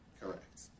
Correct